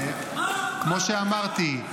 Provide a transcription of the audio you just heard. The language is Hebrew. מה, מה --- כמו שאמרתי,